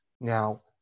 Now